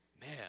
Man